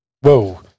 Whoa